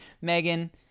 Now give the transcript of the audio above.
Megan